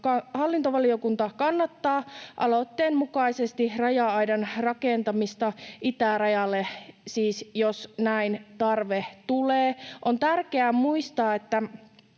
hallintovaliokunta kannattaa aloitteen mukaisesti raja-aidan rakentamista itärajalle, siis jos näin tarve tulee. On tärkeää muistaa, että